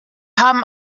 haben